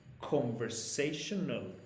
conversational